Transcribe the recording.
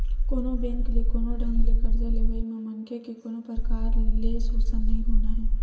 कोनो बेंक ले कोनो ढंग ले करजा लेवई म मनखे के कोनो परकार ले सोसन नइ होना हे